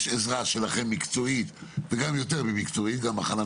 יש עזרה שלכם מקצועית וגם יותר ממקצועית,